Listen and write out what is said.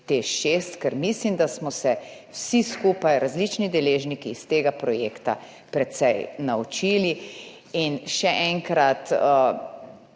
TEŠ6, ker mislim, da smo se vsi skupaj, različni deležniki iz tega projekta precej naučili. Še enkrat,